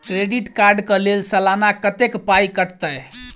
Credit card कऽ लेल सलाना कत्तेक पाई कटतै?